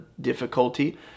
difficulty